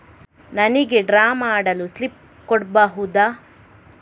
ನನಿಗೆ ಡ್ರಾ ಮಾಡಲು ಸ್ಲಿಪ್ ಕೊಡ್ಬಹುದಾ?